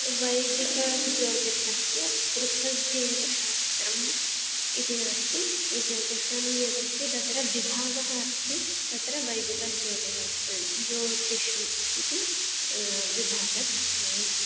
वैदिक ज्योतिषस्य पृथगेव शास्त्रम् इति नास्ति ज्योतिषं यदस्ति तत्र विभागः अस्ति तत्र वैदिकज्योतिषं ज्योतिषम् इति विभागद्वयम्